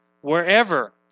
Wherever